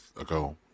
ago